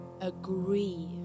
agree